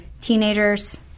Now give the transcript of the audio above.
Teenagers